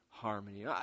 harmony